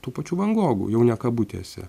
tų pačių vang gogų jau ne kabutėse